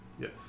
yes